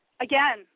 again